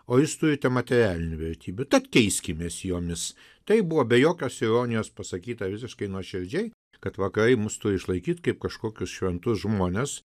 o jūs turite materialinių vertybių tad keiskimės jomis tai buvo be jokios ironijos pasakyta visiškai nuoširdžiai kad vakarai mus turi išlaikyt kaip kažkokius šventus žmones